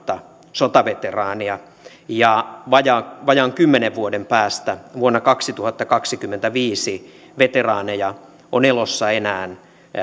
sotaveteraania ja vajaan kymmenen vuoden päästä vuonna kaksituhattakaksikymmentäviisi veteraaneja on elossa enää